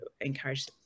encourage